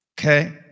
Okay